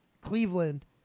Cleveland